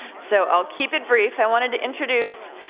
so i'll keep it brief. i wanted to introduce